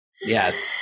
Yes